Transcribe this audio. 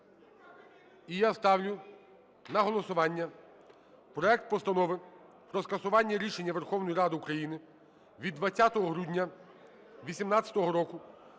І я ставлю на голосування проект Постанови про скасування рішення Верховної Ради України від 20 грудня 18-го року